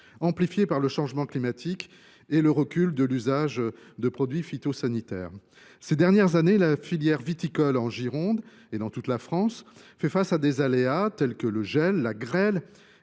amplifiés par le changement climatique et par le recul de l’usage de produits phytosanitaires. Depuis quelques années, la filière viticole fait face, en Gironde et dans toute la France, à des aléas tels que le gel, la grêle